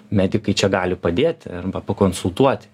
medikai čia gali padėti arba pakonsultuoti